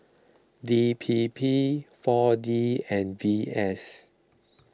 D P P four D and V S